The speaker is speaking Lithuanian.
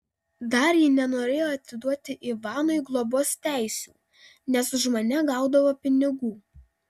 dar ji nenorėjo atiduoti ivanui globos teisių nes už mane gaudavo pinigų